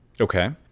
Okay